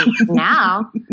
Now